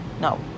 no